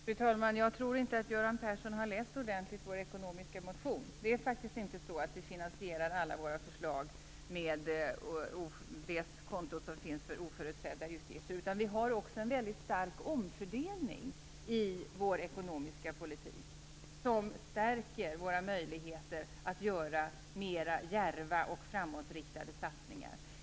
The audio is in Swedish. Fru talman! Jag tror inte att Göran Persson har läst vår ekonomiska motion ordentligt. Det är faktiskt inte så att vi finansierar alla våra förslag med det konto som finns för oförutsedda utgifter. Vi har också en väldigt starkt omfördelning i vår ekonomiska politik som stärker våra möjligheter att göra mer djärva och framåtriktade satsningar.